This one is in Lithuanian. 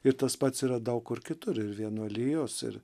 ir tas pats yra daug kur kitur ir vienuolijos ir